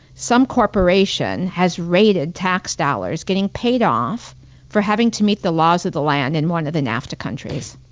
some corporation has rated tax dollars getting paid off for having to meet the laws of the land in one of the nafta countries.